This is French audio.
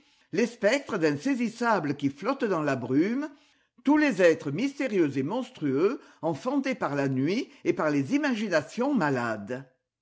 les spectres insaisissables qui flottent dans la brume tous les êtres mystérieux et monstrueux enfantés par la nuit et par les imaginations malades